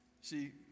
see